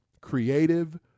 creative